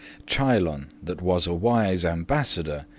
chilon, that was a wise ambassador,